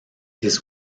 his